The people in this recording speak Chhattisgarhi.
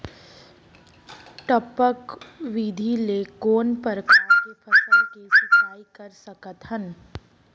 टपक विधि ले कोन परकार के फसल के सिंचाई कर सकत हन?